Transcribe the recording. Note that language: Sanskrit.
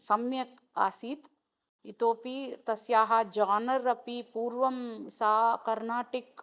सम्यक् आसीत् इतोऽपि तस्याः जानर् अपि पूर्वं सा कर्नाटकः